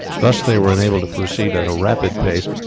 thus they were enabled to proceed at a rapid pace,